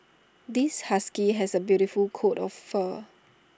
this husky has A beautiful coat of fur